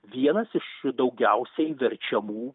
vienas iš daugiausiai verčiamų